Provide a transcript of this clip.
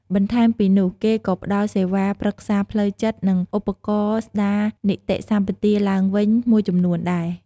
បន្ថែមពីនោះ គេក៏ផ្ដល់សេវាប្រឹក្សាផ្លូវចិត្ត និង ឧបករណ៍ស្តារនិតីសម្បទាឡើងវិញមួយចំនួនដែរ។